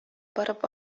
барып